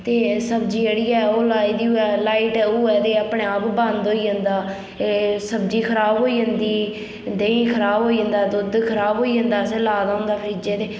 ते सब्जी जेह्ड़ी ऐ ओह् लाई दी होए लाइट होए ते अपने आप बंद होई जंदा ऐ सब्जी खराब होई जंदी दहीं खराब होई जंदा दुद्ध खराब होई जंदा असें लाए दा होंदा फ्रिजै ते